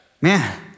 Man